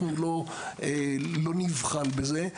אנחנו לא נבחל בזה.